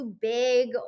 big